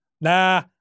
nah